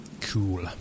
Cool